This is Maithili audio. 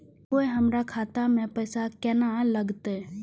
कोय हमरा खाता में पैसा केना लगते?